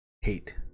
hate